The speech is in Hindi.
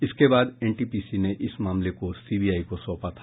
इसके बाद एनटीपीसी ने इस मामले को सीबीआई को सौंपा था